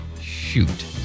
Shoot